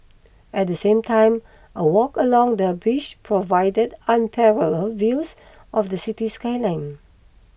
at the same time a walk along the bridge provides unparalleled views of the city skyline